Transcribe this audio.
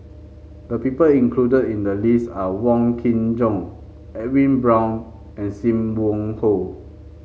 the people included in the list are Wong Kin Jong Edwin Brown and Sim Wong Hoo